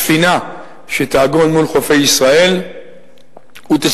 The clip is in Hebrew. ספינה שתעגון מול חופי ישראל ותסייע